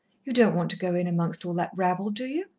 you don't want to go in amongst all that rabble, do you?